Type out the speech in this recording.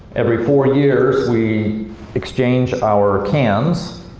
every four years we exchange our cans,